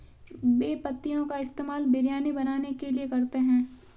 बे पत्तियों का इस्तेमाल बिरयानी बनाने के लिए करते हैं